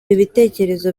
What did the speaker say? ibitekerezo